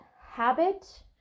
habit